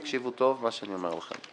תקשיבו טוב מה שאני אומר לכם,